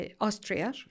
Austria